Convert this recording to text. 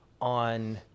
on